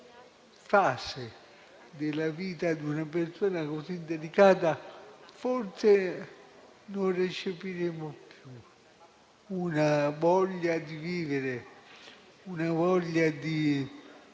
fase della vita di una persona, così delicata, forse non recepiremo più una voglia di vivere, una voglia di